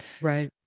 Right